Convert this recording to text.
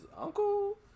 uncle